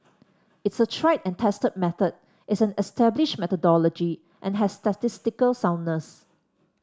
it's a tried and tested method it's an established methodology and has statistical soundness